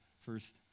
first